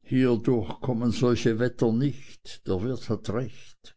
hier durch kommen solche wetter nicht der wirt hat recht